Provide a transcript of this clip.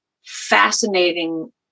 fascinating